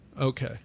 Okay